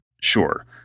sure